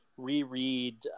reread